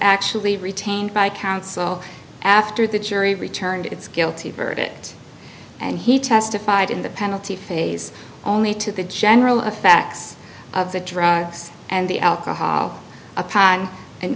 actually retained by counsel after the jury returned its guilty verdict and he testified in the penalty phase only to the general effects of the drugs and the alcohol upon an